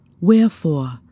Wherefore